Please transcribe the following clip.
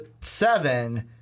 seven